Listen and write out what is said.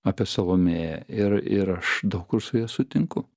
apie salomėją ir ir aš daug kur su ja sutinku